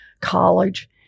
college